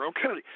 Okay